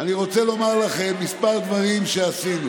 אני רוצה לומר לכם כמה דברים שעשינו: